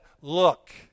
look